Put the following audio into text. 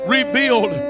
Rebuild